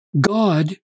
God